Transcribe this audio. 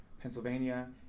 Pennsylvania